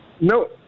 no